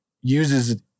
uses